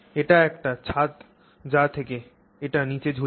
এটি একটি ছাদ যা থেকে এটি নিচে ঝুলছে